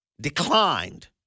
declined